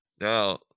Now